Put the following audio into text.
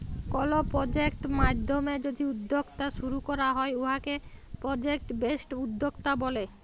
call project মাইধ্যমে যদি উদ্যক্তা শুরু ক্যরা হ্যয় উয়াকে পরজেক্ট বেসড উদ্যক্তা ব্যলে